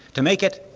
to make it,